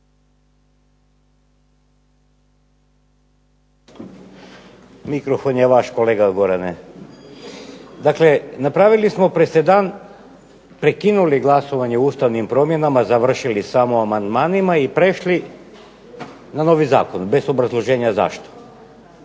mikrofon je vaš kolega Gorane. Dakle, napravili smo presedan, prekinuli glasovanje o ustavnim promjenama završili samo amandmanima i prešli na novi zakon, bez obrazloženja zašto.